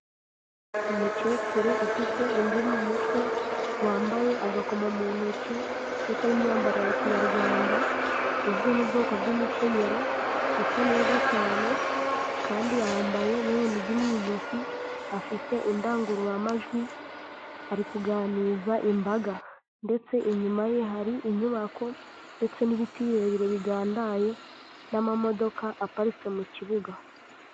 Umukecuru ufite imvi mu mutwe wambaye agakomo mu ntoki ndetse n'imyambaro ya Kinyarwanda izwi mu bwoko bw'imikenyero, isa neza cyane kandi yambaye n'urunigi mu ijosi afite indangururamajwi ari kuganiza imbaga. Ndetse inyuma ye hari inyubako ndetse n'ibiti birebire bigandaye n'amamodoka aparitse mu kibuga.